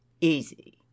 Easy